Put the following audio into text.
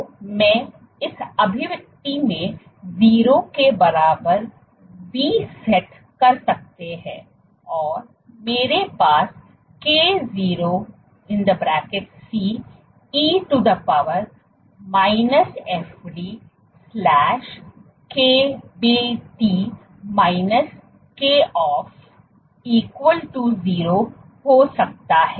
तो मैं इस अभिव्यक्ति में 0 के बराबर v सेट कर सकते है और मेरे पास k0 C e to the power fd KBT Koff equal to 0 हो सकता है